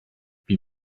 wie